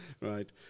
Right